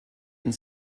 and